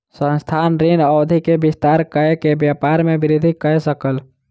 संस्थान, ऋण अवधि के विस्तार कय के व्यापार में वृद्धि कय सकल